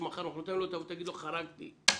שמחר-מחרתיים לא תבוא ותאמר לו שחרגת מהתקציב.